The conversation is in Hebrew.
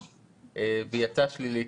והיא יצאה שלילית,